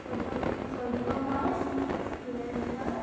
চৈধ্য চৈধ্য মাৰ্চ দুহেজাৰ